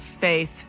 faith